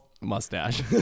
Mustache